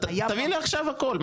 תביא לי עכשיו הכול,